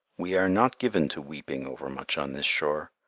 we are not given to weeping overmuch on this shore,